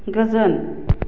गोजोन